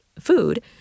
food